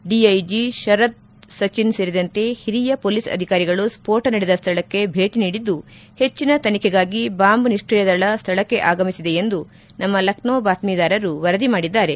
DIG Sharad Sachin ಸೇರಿದಂತೆ ಹಿರಿಯ police ಅಧಿಕಾರಿಗಳು ಸ್ಫೋಟ ನಡೆದ ಸ್ಥಳಕ್ಕೆ ಭೇಟ ನೀಡಿದ್ದು ಹೆಚ್ಚಿನ ತನಿಖೆಗಾಗಿ ಬಾಂಬ್ ನಿಷ್ಟೀಯದಳ ಸ್ಥಳಕ್ಕೆ ಆಗಮಿಸಿದೆ ಎಂದು ನಮ್ಮ ಲಕ್ನೋ ಬಾತ್ಮೀದಾರರು ವರದಿ ಮಾಡಿದ್ದಾರೆ